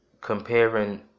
comparing